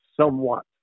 somewhat